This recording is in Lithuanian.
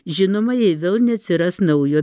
žinoma jei vėl neatsiras naujo